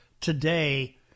today